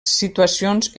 situacions